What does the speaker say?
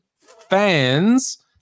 fans